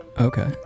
okay